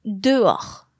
dehors